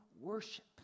worship